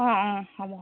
অঁ অঁ হ'ব